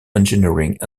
engineering